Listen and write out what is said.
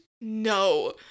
no